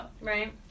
right